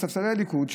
וספסלי הליכוד,